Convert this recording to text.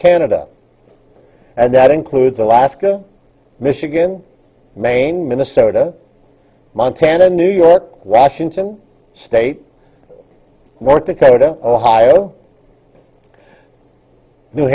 canada and that includes alaska michigan maine minnesota montana new york washington state work to kota ohio new